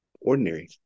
ordinary